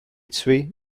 tuées